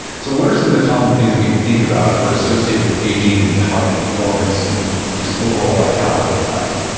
so what are some of the common things that we think about or associate with aging and cognitive performance and just overall vitality in life?